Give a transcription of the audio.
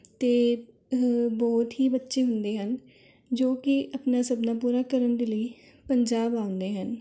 ਅਤੇ ਬਹੁਤ ਹੀ ਬੱਚੇ ਹੁੰਦੇ ਹਨ ਜੋ ਕਿ ਆਪਣਾ ਸੁਪਨਾ ਪੂਰਾ ਕਰਨ ਦੇ ਲਈ ਪੰਜਾਬ ਆਉਂਦੇ ਹਨ